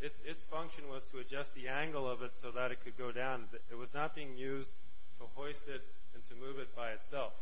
its function was to adjust the angle of it so that it could go down and it was not being used for hoisted in to move it by itself